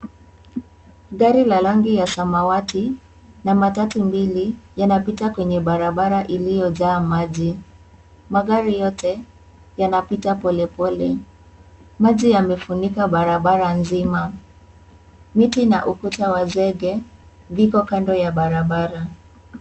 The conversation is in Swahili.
Gari la rangi ya samawati na matatu mbili yanapita kwenye barabara iliyojaa maji, magari yote yanapita pole pole maji yamefunika barabara zima mti na ukuta wa zege viko kando ya barabara.